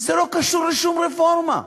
זה לא קשור לשום רפורמה.